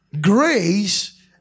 Grace